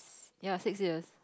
ya six years